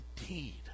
indeed